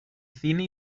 cine